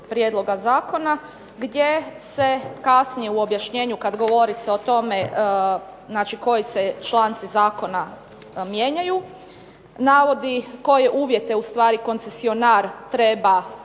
prijedloga zakona, gdje se kasnije u objašnjenju, kad govori se o tome, znači koji se članci zakona mijenjaju, navodi koje uvjete ustvari koncesionar treba